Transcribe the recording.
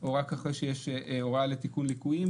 או רק אחרי שיש הוראה לתיקון ליקויים,